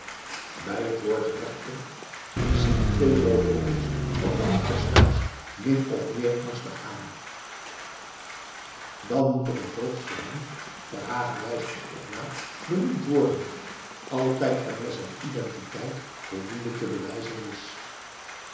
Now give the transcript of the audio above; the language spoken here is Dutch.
bij het woord rechter zien de twee roofvogels elkander tersluiks min of meer angstig aan dan moet er een voogd voor hem verhagen wijst op den knaap benoemd worden altijd wanneer zijn identiteit voldoende te bewijzen is